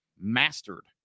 mastered